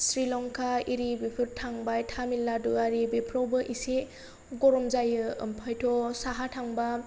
श्रीलंका इरि बेफोर थांबाय तामिलनाडु आरि बेफ्रावबो इसे गरम जायो ओमफाय थ' साहा थांबा